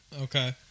Okay